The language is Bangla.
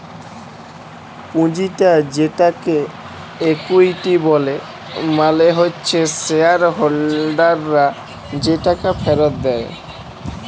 পুঁজিটা যেটাকে ইকুইটি ব্যলে মালে হচ্যে শেয়ার হোল্ডাররা যে টাকা ফেরত দেয়